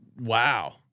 Wow